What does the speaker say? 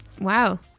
wow